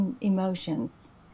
emotions